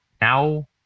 now